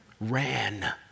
Ran